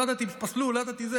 לא ידעתי שפסלו, לא ידעתי.